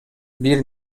бир